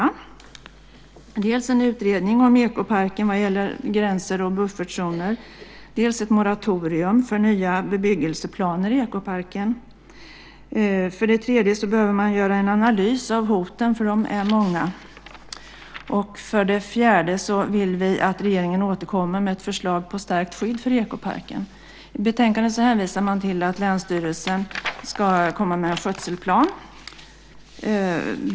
Det gäller dels en utredning om Ekoparken vad gäller gränser och buffertzoner, dels ett moratorium för nya bebyggelseplaner i Ekoparken. Man behöver också göra en analys av hoten, för de är många. Vi vill också att regeringen återkommer med ett förslag på stärkt skydd för Ekoparken. I betänkandet hänvisar man till att länsstyrelsen ska komma med en skötselplan.